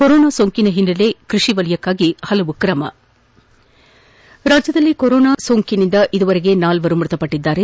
corona ಸೋಂಕಿನ ಹಿನ್ನೆಲೆಯಲ್ಲಿ ಕೃಷಿ ವಲಯಕ್ಕೆ ಹಲವು ಕ್ರಮ ರಾಜ್ವದಲ್ಲಿ ಕೊರೋನಾ ಸೋಂಕಿಗೆ ಈವರೆಗೆ ನಾಲ್ವರು ಮೃತಪಟ್ಟದ್ದಾರೆ